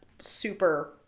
super